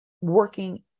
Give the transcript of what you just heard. working